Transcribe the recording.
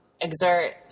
exert